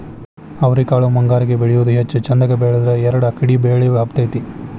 ಅವ್ರಿಕಾಳು ಮುಂಗಾರಿಗೆ ಬೆಳಿಯುವುದ ಹೆಚ್ಚು ಚಂದಗೆ ಬೆಳದ್ರ ಎರ್ಡ್ ಅಕ್ಡಿ ಬಳ್ಳಿ ಹಬ್ಬತೈತಿ